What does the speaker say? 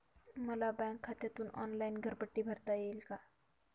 मला बँक खात्यातून ऑनलाइन घरपट्टी भरता येईल का?